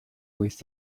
with